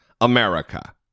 America